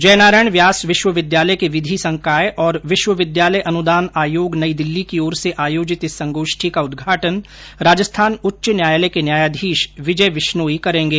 जयनारायण व्यास विश्वविद्यालय के विधि संकाय और विश्वविद्यालय अनुदान आयोग नई दिल्ली की ओर से आयोजित इस संगोष्ठी का उदघाटन राजस्थान उच्च न्यायालय के न्यायाधीश विजय विश्नोई करेगें